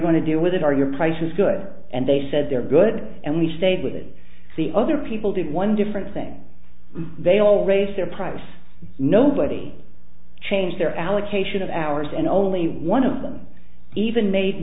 to do with it are your prices good and they said they're good and we stayed with it the other people did one different thing they all raise their price nobody changed their allocation of ours and only one of them even made